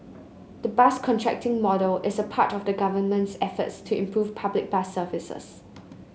the bus contracting model is part of the Government's efforts to improve public bus services